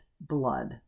blood